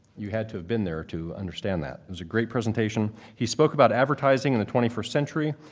you had to have been there to understand that. it was a great presentation. he spoke about advertising in the twenty first century.